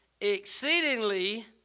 exceedingly